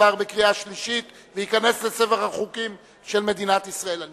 עבר בקריאה השלישית וייכנס לספר החוקים של מדינת ישראל.